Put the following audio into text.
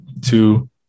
two